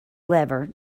lever